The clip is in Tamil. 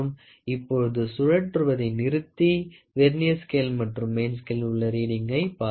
இப்பொழுது சுழற்றுவதை நிறுத்தி வெர்னியர் ஸ்கேல் மற்றும் மெயின் ஸ்கேலில் உள்ள ரீடிங்கை பார்க்கலாம்